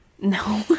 No